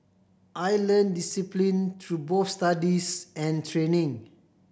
I learnt discipline through both studies and training